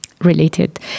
related